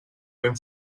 ben